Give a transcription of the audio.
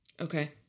Okay